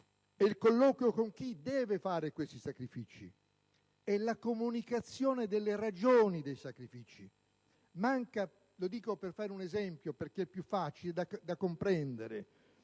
il colloquio con chi deve fare questi sacrifici, la comunicazione delle ragioni dei sacrifici. Manca - lo dico con un esempio, perché è più facile da comprendere